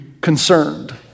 concerned